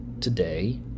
today